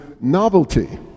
novelty